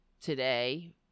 today